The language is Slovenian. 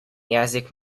jezik